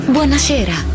Buonasera